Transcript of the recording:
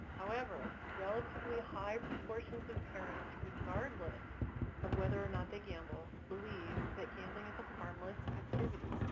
however, relatively high proportions of parents, regardless of whether or not they gamble, believe that gambling is a harmless activity.